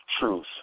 truth